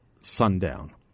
sundown